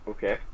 Okay